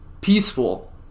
peaceful